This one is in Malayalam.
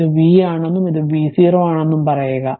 ഇത് v ആണെന്നും ഇത് v0 ആണെന്നും പറയുക